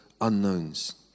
unknowns